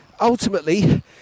Ultimately